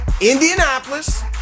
Indianapolis